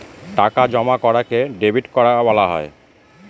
টাকা জমা করাকে ডেবিট করা বলা হয়